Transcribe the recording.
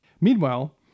Meanwhile